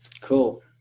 Cool